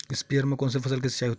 स्पीयर म कोन फसल के सिंचाई होथे?